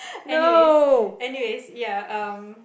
anyways anyways ya um